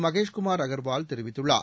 மகேஷ்குமார் அகர்வால் தெரிவித்துள்ளார்